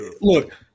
look